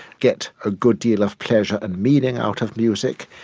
get a good deal of pleasure and meaning out of music.